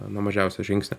nuo mažiausio žingsnio